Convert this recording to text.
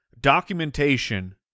documentation